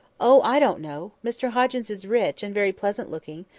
oh! i don't know. mr hoggins is rich, and very pleasant looking,